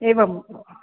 एवं